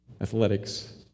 athletics